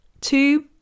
Two